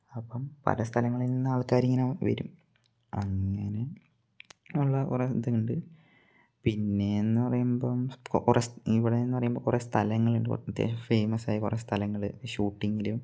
അപ്പം പല സ്ഥലങ്ങളിൽ നിന്ന് ആൾക്കർ ഇങ്ങനെ വരും അങ്ങനെ ഉള്ള കുറേ ഇതുണ്ട് പിന്നേ എന്നു പറയുമ്പം കുറെ ഇവിടെ എന്നു പറയുമ്പം കുറേ സ്ഥലങ്ങൾ ഉണ്ട് അത്യാവശ്യം ഫേമസ് ആയ കുറേ സ്ഥലങ്ങൾ ഷൂട്ടിങ്ങിലും